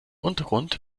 untergrund